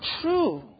true